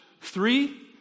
Three